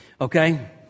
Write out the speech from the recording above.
Okay